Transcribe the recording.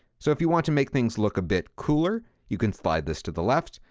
so, if you want to make things look a bit cooler, you can slide this to the left.